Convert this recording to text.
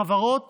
חברות